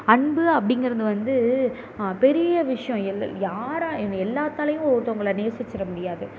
அன்பு அப்படிங்கிறது வந்து பெரிய விஷயம் எல்லா யாராக எங்கே எல்லோத்தாலையும் ஒருத்தவங்களை நேசித்திட முடியாது